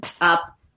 up